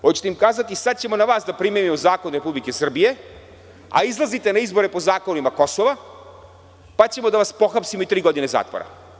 Hoćete im kazati – sada ćemo na vas da primenimo zakon Republike Srbije, a izlazite na izbore po zakonima Kosova, pa ćemo da vas pohapsimo i tri godine zatvora?